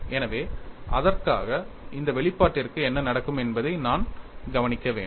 எனவே அதற்காக இந்த வெளிப்பாட்டிற்கு என்ன நடக்கும் என்பதை நான் கவனிக்க வேண்டும்